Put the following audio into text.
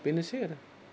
बेनोसै आरो